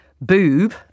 boob